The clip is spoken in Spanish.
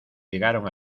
llegaron